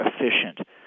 efficient